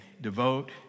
devote